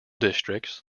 districts